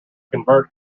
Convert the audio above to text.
convert